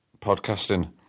podcasting